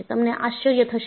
તમને આશ્ચર્ય થશે કે